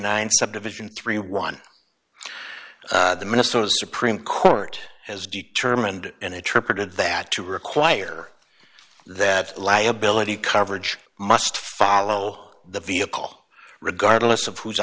nine subdivision thirty one the minnesota supreme court has determined and interpreted that to require that liability coverage must follow the vehicle regardless of who's